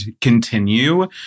continue